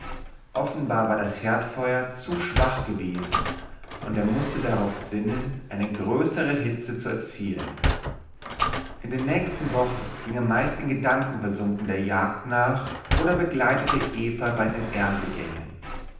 offenbar war das herdfeuer zu schwach gewesen und er mußte darauf sinnen eine größere hitze zu erzielen in den nächsten wochen ging er meist in gedanken versunken der jagd nach oder begleitete eva bei den